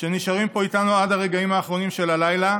שנשארים פה איתנו עד הרגעים האחרונים של הלילה